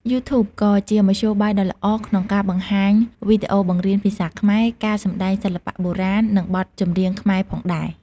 យូធូបក៏ជាមធ្យោបាយដ៏ល្អក្នុងការបង្ហាញវីដេអូបង្រៀនភាសាខ្មែរ ការសម្តែងសិល្បៈបុរាណ និងបទចម្រៀងខ្មែរផងដែរ។